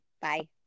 Bye